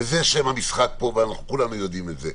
זה שם המשחק פה וכולנו יודעים את זה,